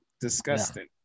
Disgusting